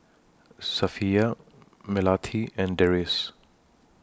Safiya Melati and Deris